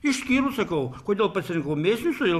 išskyrus sakau kodėl pasirinkau mėsinius todėl